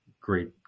great